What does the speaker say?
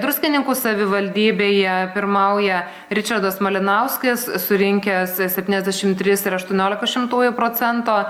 druskininkų savivaldybėje pirmauja ričardas malinauskas surinkęs septyniasdešimt tris ir aštuoniolika šimtųjų procento